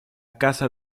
casa